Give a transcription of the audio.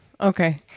okay